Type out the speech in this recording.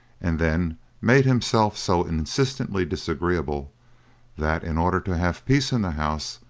and then made himself so insistently disagreeable that, in order to have peace in the house,